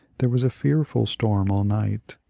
there was a fearful storm all night,